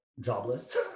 jobless